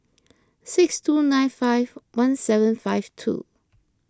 six two nine five one seven five two